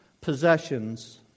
possessions